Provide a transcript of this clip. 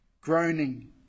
Groaning